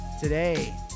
today